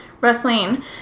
wrestling